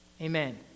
Amen